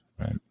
Right